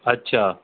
अच्छा